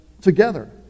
together